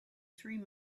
three